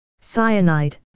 Cyanide